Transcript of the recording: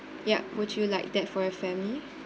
ya would you like that for your family